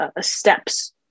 steps